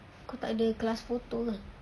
kau takde class photo ke